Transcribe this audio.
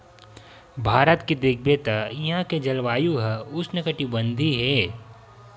भारत के देखबे त इहां के जलवायु ह उस्नकटिबंधीय हे